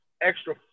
extra